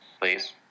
Please